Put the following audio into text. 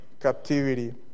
captivity